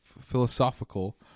philosophical